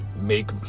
make